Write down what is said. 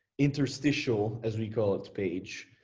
interstitial as we call it page,